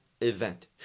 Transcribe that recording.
event